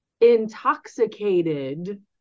intoxicated